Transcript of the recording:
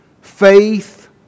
faith